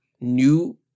new